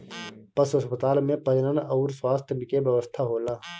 पशु अस्पताल में प्रजनन अउर स्वास्थ्य के व्यवस्था होला